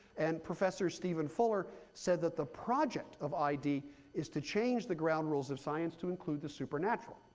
and professor stephen fuller said that the project of id is to change the ground rules of science to include the supernatural.